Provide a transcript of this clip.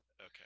Okay